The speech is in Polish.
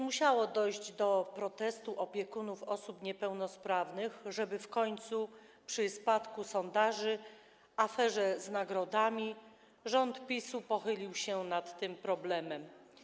Musiało dojść do protestu opiekunów osób niepełnosprawnych, żeby w końcu, przy spadku sondaży, aferze z nagrodami, rząd PiS-u pochylił się nad tym projektem.